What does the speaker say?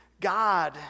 God